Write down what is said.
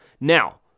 Now